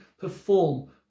perform